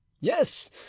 Yes